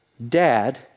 Dad